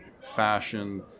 fashion